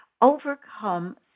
overcome